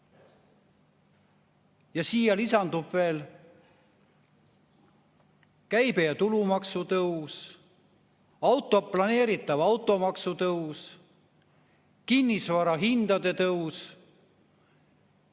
Siia lisandub veel käibe‑ ja tulumaksu tõus, planeeritav automaks, kinnisvarahindade tõus,